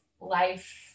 life